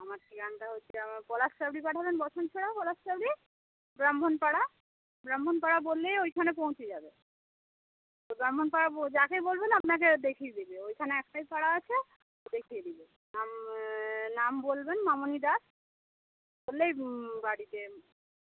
আমার ঠিকানাটা হচ্ছে গিয়ে পলাশচাবরি পাঠাবেন বসন্ত পলাশচাবরি ব্রাহ্মণপাড়া ব্রাহ্মণপাড়া বললেই ওইখানে পৌঁছে যাবে ব্রাহ্মণপাড়া যাকে বলবেন আপনাকে দেখিয়ে দেবে ওইখানে একটাই পাড়া আছে দেখিয়ে দেবে নাম নাম বলবেন মামনি দাস বললেই বাড়িতে